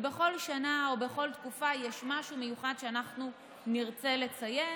בכל שנה או בכל תקופה יש משהו מיוחד שאנחנו נרצה לציין,